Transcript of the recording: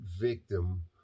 victim